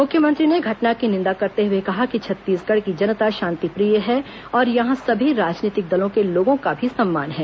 मुख्यमंत्री ने घटना की निंदा करते हुए कहा कि छत्तीसगढ़ की जनता शांति प्रिय है और यहां सभी राजनीतिक दलों के लोगों का भी सम्मान है